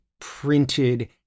printed